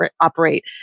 operate